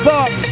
Box